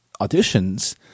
auditions